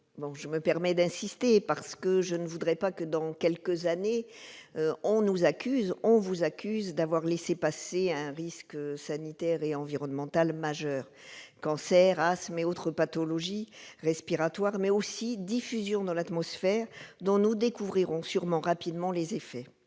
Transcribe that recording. je me permets d'insister, parce que je ne voudrais pas que, dans quelques années, on nous accuse, on vous accuse, d'avoir laissé passer un risque sanitaire et environnemental majeur- cancers, asthme et autres pathologies respiratoires, mais aussi diffusion dans l'atmosphère -dont nous découvrirons sûrement rapidement les effets.